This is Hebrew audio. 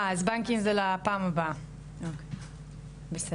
בנקים זה לפעם הבאה, בסדר.